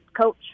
coach